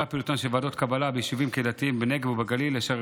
פעילותן של ועדות קבלה ביישובים קהילתיים בנגב ובגליל אשר